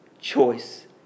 choice